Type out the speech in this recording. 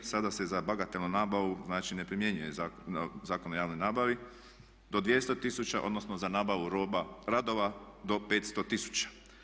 Sada se za bagatelnu nabavu, znači ne primjenjuje Zakon o javnoj nabavi do 200 000 odnosno za nabavu roba, radova do 50 000.